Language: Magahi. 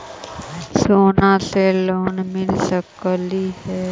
सोना से लोन मिल सकली हे?